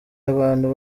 abantu